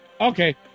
okay